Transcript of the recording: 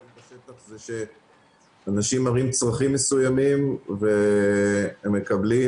מה שאני --- בשטח זה שאנשים מראים צרכים מסוימים והם מקבלים